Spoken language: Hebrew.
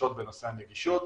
דרישות בנושא הנגישות.